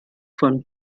von